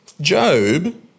Job